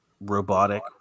robotic